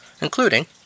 including